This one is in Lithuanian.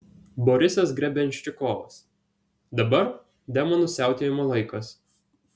borisas grebenščikovas dabar demonų siautėjimo laikas